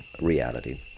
reality